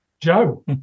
Joe